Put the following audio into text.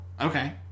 Okay